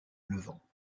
levant